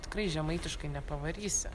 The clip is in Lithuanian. tikrai žemaitiškai nepavarysi